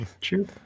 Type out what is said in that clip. True